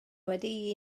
wedi